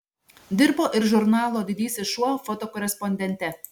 dirbo ir žurnalo didysis šuo fotokorespondente